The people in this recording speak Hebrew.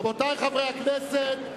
רבותי חברי הכנסת,